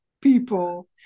people